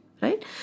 right